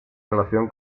relación